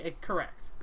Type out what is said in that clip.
Correct